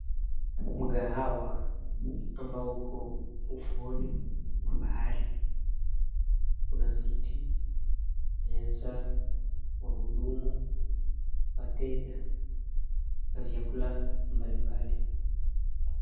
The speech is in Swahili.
Mkahawa ambao uko ufuoni mwa bahari. Una viti, meza ,wahudumu, wateja na vyakula mbalimbali.